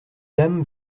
dames